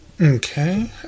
Okay